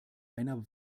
einer